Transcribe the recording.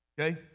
Okay